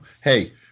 Hey